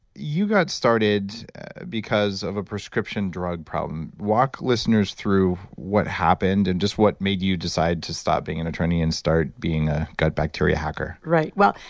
you got started because of a prescription drug problem. walk listeners through what happened and just what made you decide to stop being an attorney and start being a gut bacteria hacker? right. well,